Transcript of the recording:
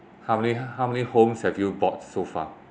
how many how many homes have you bought so far